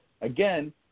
Again